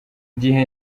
gihe